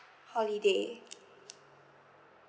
holiday